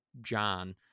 john